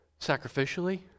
sacrificially